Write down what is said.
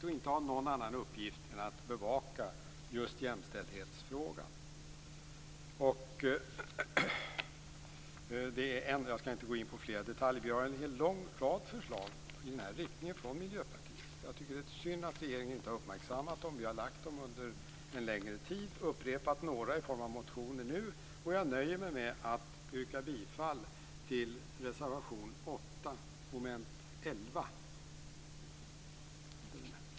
Han eller hon skall inte ha någon annan uppgift än att bevaka just jämställdhetsfrågorna. Jag skall inte gå in på fler detaljer, men vi har en lång rad förslag i den här riktningen från Miljöpartiet. Jag tycker att det är synd att regeringen inte har uppmärksammat dem. Vi har lagt fram dem under en längre tid och upprepat några av dem i form av motioner nu. Jag nöjer mig med att yrka bifall till reservation 8 under mom. 11.